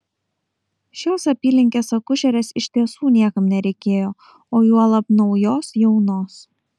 šios apylinkės akušerės iš tiesų niekam nereikėjo o juolab naujos jaunos